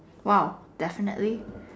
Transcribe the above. !wow! definitely